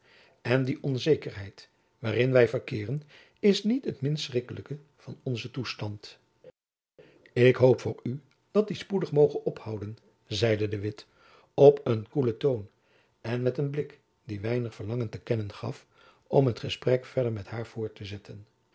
en die onzekerheid waarin wy verkeeren is niet het minst schrikkelijke van onzen toestand ik hoop voor u dat die spoedig moge ophouden zeide de witt op een koelen toon en met een blik die weinig verlangen te kennen gaf om het gesprek verder met haar voort te zetten